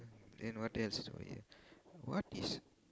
then what else is over here what is